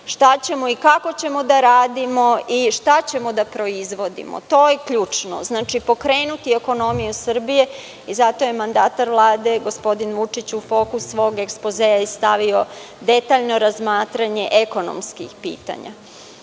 šta ćemo i kako ćemo da radimo i šta ćemo da proizvodimo, to je ključno. Znači, pokrenuti ekonomiju Srbije i zato je mandatar Vlade, gospodin Vučić u fokus svog Ekspozea stavio detaljno razmatranje ekonomskih pitanja. Ja